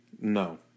No